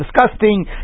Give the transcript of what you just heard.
Disgusting